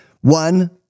One